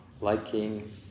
liking